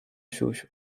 siusiu